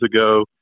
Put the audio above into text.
ago